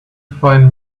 find